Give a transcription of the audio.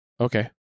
Okay